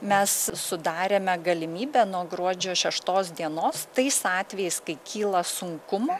mes sudarėme galimybę nuo gruodžio šeštos dienos tais atvejais kai kyla sunkumų